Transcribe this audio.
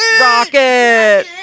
Rocket